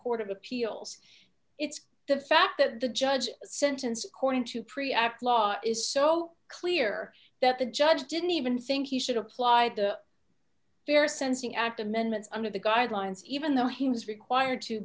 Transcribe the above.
court of appeals it's the fact that the judge sentenced according to pre act law is so clear that the judge didn't even think he should apply the various sensing act amendments under the guidelines even though he was required to